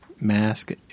mask